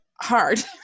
Hard